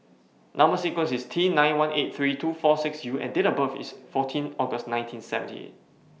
Number sequence IS T nine one eight three two four six U and Date of birth IS fourteen August nineteen seventy eight